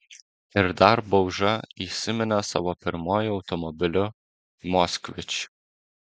ir dar bauža įsiminė savo pirmuoju automobiliu moskvič